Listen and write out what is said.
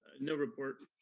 no report.